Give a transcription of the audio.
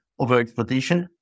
overexploitation